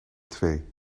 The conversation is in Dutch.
twee